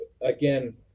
again